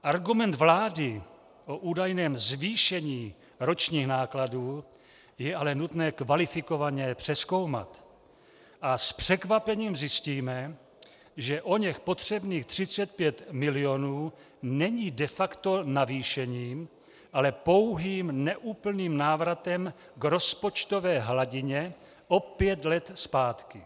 Argument vlády o údajném zvýšení ročních nákladů je ale nutné kvalifikovaně přezkoumat a s překvapením zjistíme, že oněch potřebných 35 mil. není de facto navýšením, ale pouhým neúplným návratem k rozpočtové hladině o pět let zpátky.